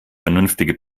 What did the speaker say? vernünftige